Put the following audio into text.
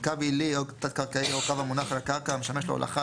"קו תשתית" - קו עילי או תת קרקעי או קו המונח על הקרקע המשמש להולכה,